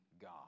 God